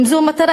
אם זו מטרה,